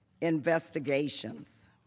investigations